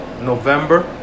November